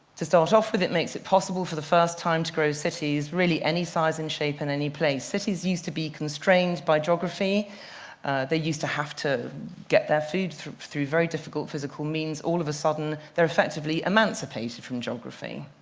to start off with, it makes it possible for the first time to grow cities, really any size and shape, in any place. cities used to be constrained by geography they used to have to get their food through through very difficult physical means. all of a sudden they are effectively emancipated from geography.